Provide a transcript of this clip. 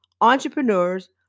entrepreneurs